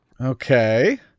Okay